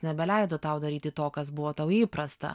nebeleido tau daryti to kas buvo tau įprasta